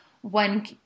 one